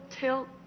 Tilt